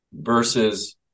versus